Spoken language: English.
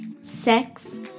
sex